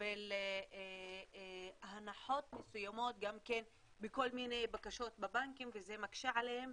לקבל הנחות מסוימות גם מכל מיני בקשות בבנקים וזה מקשה עליהם